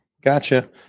Gotcha